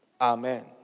Amen